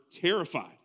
terrified